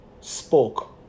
spoke